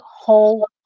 whole